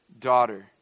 daughter